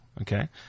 Okay